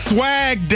Swag